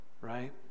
right